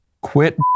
Quit